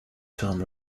term